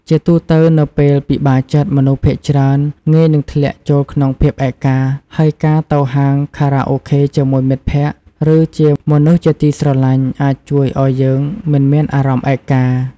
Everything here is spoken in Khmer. ជាទូទៅនៅពេលពិបាកចិត្ត មនុស្សភាគច្រើនងាយនឹងធ្លាក់ចូលក្នុងភាពឯកា ហើយការទៅហាងខារ៉ាអូខេជាមួយមិត្តភក្តិ ឬជាមនុស្សជាទីស្រឡាញ់ អាចជួយឲ្យយើងមិនមានអារម្មណ៍ឯកា។